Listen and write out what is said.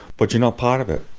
but you're not part of it.